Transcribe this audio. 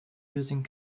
using